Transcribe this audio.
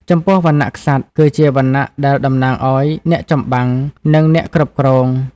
ចំពោះវណ្ណៈក្សត្រ គឺជាវណ្ណៈដែលតំណាងឲ្យអ្នកចម្បាំង និងអ្នកគ្រប់គ្រង។